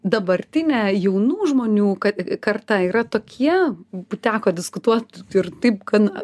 dabartinė jaunų žmonių kad karta yra tokie teko diskutuot ir taip gan